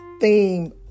theme